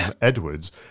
Edwards